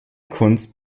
kunst